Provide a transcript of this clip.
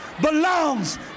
belongs